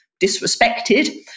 disrespected